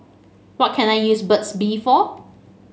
what can I use Burt's Bee for